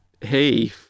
hey